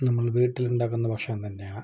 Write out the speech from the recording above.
നമ്മൾ വീട്ടിൽ ഉണ്ടാക്കുന്ന ഭക്ഷണം തന്നെയാണ്